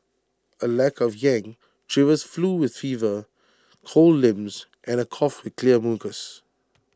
A lack of yang she was flu with fever cold limbs and A cough with clear mucus